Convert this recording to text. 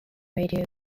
radio